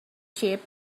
sheep